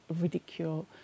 ridicule